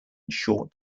short